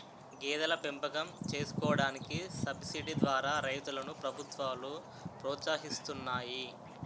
గేదెల పెంపకం చేసుకోడానికి సబసిడీ ద్వారా రైతులను ప్రభుత్వాలు ప్రోత్సహిస్తున్నాయి